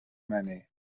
منه